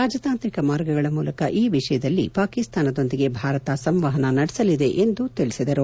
ರಾಜತಾಂತ್ರಿಕ ಮಾರ್ಗಗಳ ಮೂಲಕ ಈ ವಿಷಯದಲ್ಲಿ ಪಾಕಿಸ್ತಾನದೊಂದಿಗೆ ಭಾರತ ಸಂವಹನ ನಡೆಸಲಿದೆ ಎಂದು ತಿಳಿಸಿದರು